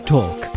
Talk